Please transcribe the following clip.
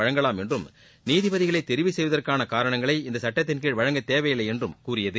வழங்கலாம் என்றும் நீதிபதிகளை தெரிவு செய்வதற்கானகாரணங்களை இந்த சட்டத்தின்கீழ் வழங்க தேவையில்லை என்றும் கூறியது